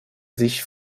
sich